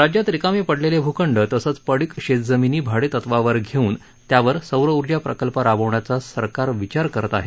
राज्यात रिकामे पडलेले भूखंड तसंच पडीक शेतजमिनी भाडेपट्ट्यावर घेऊन त्यावर सौर ऊर्जा प्रकल्प राबवण्याचा सरकार विचार करत आहे